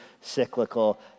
cyclical